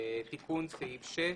תיקון סעיף 6